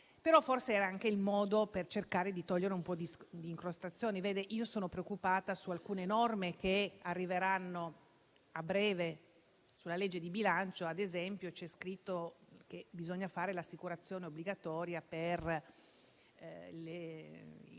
però forse anche il modo per cercare di togliere un po' di incrostazioni. Sono preoccupata di alcune norme che arriveranno a breve. Sulla legge di bilancio, ad esempio, c'è scritto che bisogna fare l'assicurazione obbligatoria per le piccole